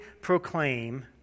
proclaim